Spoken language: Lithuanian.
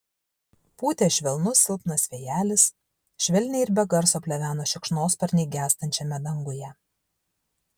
pūtė švelnus silpnas vėjelis švelniai ir be garso pleveno šikšnosparniai gęstančiame danguje